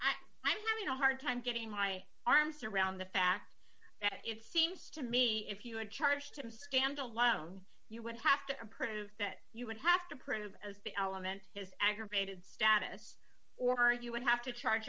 just i'm having a hard time getting my arms around the fact that it seems to me if you had charged him scammed alone you would have to prove that you would have to print as the element his aggravated status or you would have to charge